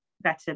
Better